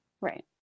Right